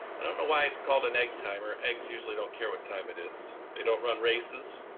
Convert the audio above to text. i don't know why it's called an egg timer, eggs usually don't care what time it is, they don't run races,